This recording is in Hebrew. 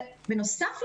בנוסף,